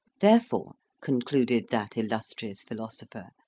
therefore, con cluded that illustrious philosopher,